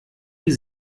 die